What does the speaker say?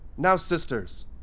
now sisters,